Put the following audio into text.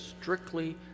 strictly